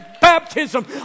baptism